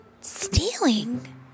stealing